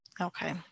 Okay